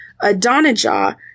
Adonijah